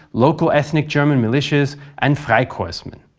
local ethnic german militias, and freikorpsmen.